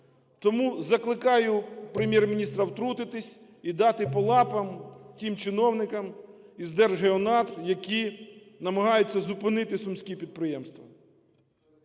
Тому закликаю Прем'єр-міністра втрутитись і дати по лапам тим чиновникам із Держгеонадр, які намагаються зупинити сумські підприємства.